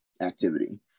activity